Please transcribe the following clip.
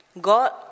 God